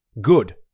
Good